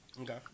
Okay